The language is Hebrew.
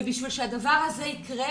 כדי שהדבר הזה יקרה,